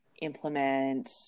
implement